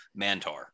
mantar